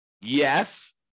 Yes